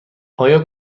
آیا